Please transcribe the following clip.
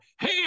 hey